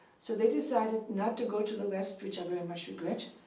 so they decided not to go to the west, which i very and much regret.